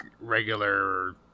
regular